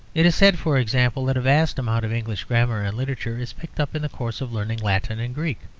it is said, for example, that a vast amount of english grammar and literature is picked up in the course of learning latin and greek.